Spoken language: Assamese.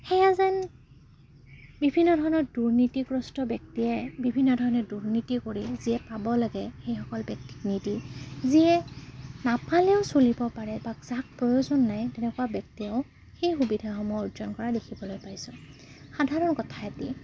সেয়া যেন বিভিন্ন ধৰণৰ দুৰ্নীতিগ্ৰস্ত ব্যক্তিয়ে বিভিন্ন ধৰণে দুৰ্নীতি কৰি যিয়ে পাব লাগে সেইসকল ব্যক্তিক নিদি যিয়ে নাপালেও চলিব পাৰে বা যাক প্ৰয়োজন নাই তেনেকুৱা ব্যক্তিয়েও সেই সুবিধাসমূহ অৰ্জন কৰা দেখিবলৈ পাইছোঁ সাধাৰণ কথা এটি